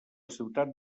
ciutat